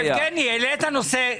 יבגני, העלית נושא.